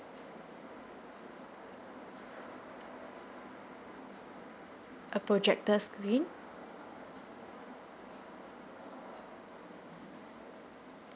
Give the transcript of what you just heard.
a projector screen